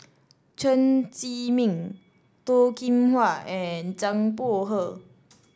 Chen Zhiming Toh Kim Hwa and Zhang Bohe